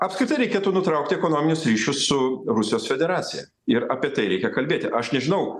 apskritai reikėtų nutraukti ekonominius ryšius su rusijos federacija ir apie tai reikia kalbėti aš nežinau